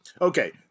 Okay